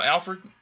Alfred